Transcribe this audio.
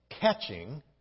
catching